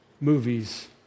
movies